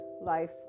life